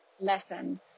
lesson